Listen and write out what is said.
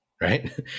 right